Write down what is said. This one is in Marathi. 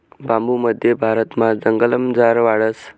बांबू मध्य भारतमा जंगलमझार वाढस